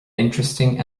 interesting